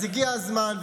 אז הגיע הזמן,